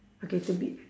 okay to be